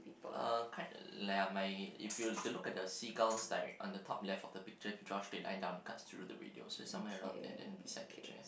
uh ki~ ya my if you were to look at the seagulls like on the top left of the picture draw straight line down it cuts through the radio so it's somewhere around there and beside the chair